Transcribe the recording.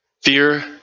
fear